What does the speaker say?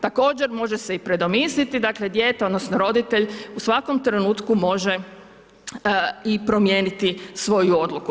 Također, može se i predomisliti dakle dijete odnosno roditelj u svakom trenutku može i promijeniti svoju odluku.